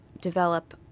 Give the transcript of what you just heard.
develop